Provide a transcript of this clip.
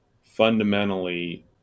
fundamentally